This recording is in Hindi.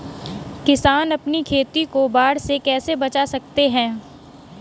किसान अपनी खेती को बाढ़ से कैसे बचा सकते हैं?